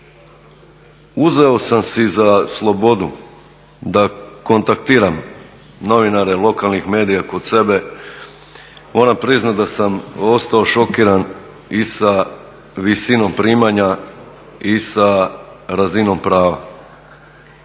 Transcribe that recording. Uzeo sam si za slobodu da kontaktiram novinare lokalnih medija kod sebe, moram priznati da sam ostao šokiran i sa visinom primanja i sa razinom prava.